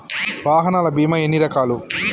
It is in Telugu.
వాహనాల బీమా ఎన్ని రకాలు?